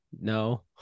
No